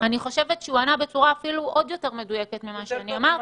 אני חושבת שהוא ענה בצורה יותר מדויקת מכפי שאמרתי.